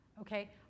Okay